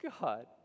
God